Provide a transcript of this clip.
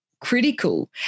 critical